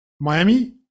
Miami